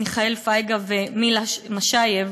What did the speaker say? מיכאל פייגה ומילה מישייב,